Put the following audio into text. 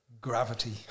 gravity